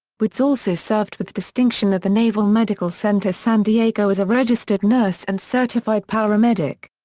woods also served with distinction at the naval medical center san diego as a registered nurse and certified paramedic.